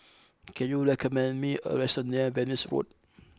can you recommend me a restaurant near Venus Road